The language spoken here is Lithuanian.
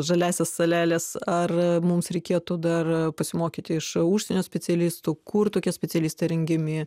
žaliąsias saleles ar mums reikėtų dar pasimokyti iš užsienio specialistų kur tokie specialistai rengiami